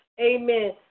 Amen